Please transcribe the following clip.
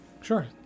Sure